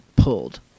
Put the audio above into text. Pulled